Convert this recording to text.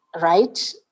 right